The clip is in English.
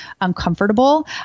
uncomfortable